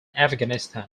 afghanistan